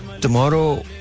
Tomorrow